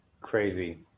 Crazy